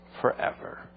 forever